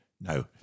no